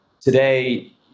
Today